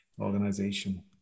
organization